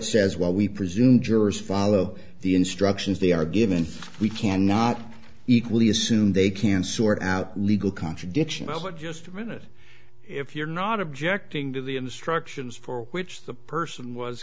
says what we presumed jurors follow the instructions they are given we cannot equally assume they can sort out legal contradiction but just a minute if you're not objecting to the instructions for which the person was